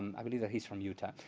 i believe yeah he's from utah.